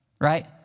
right